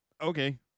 Okay